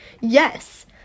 yes